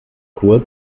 kurz